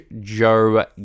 Joe